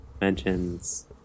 mentions